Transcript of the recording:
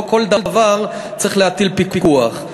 לא על כל דבר צריך להטיל פיקוח.